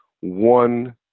one